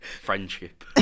friendship